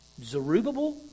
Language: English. Zerubbabel